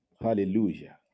Hallelujah